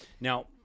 now